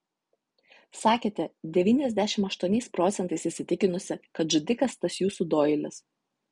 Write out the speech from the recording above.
sakėte devyniasdešimt aštuoniais procentais įsitikinusi kad žudikas tas jūsų doilis